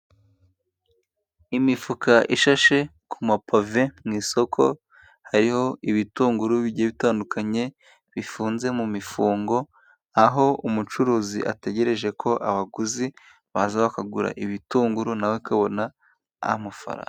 Imifuka ishashe ku mapave mu isoko, hariho ibitunguru bigiye bitandukanye bifunze mu mifungo aho umucuruzi ategereje ko abaguzi baza bakagura ibitunguru nawe akabona amafaranga.